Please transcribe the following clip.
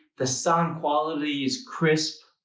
the sound quality is crisp.